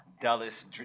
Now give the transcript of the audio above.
Dallas